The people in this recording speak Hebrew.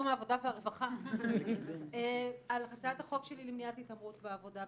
והרווחה על הצעת החוק שלי למניעת התעמרות בעבודה.